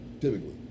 Typically